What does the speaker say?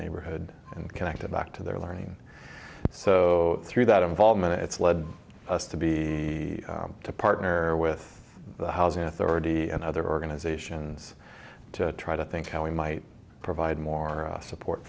neighborhood and connect it back to their learning so through that involvement it's led us to be to partner with the housing authority and other organizations to try to think how we might provide more support